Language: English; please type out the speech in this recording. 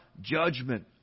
judgment